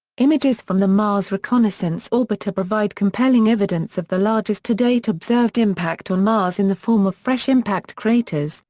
images from the mars reconnaissance orbiter provide compelling evidence of the largest to date observed impact on mars in the form of fresh impact craters,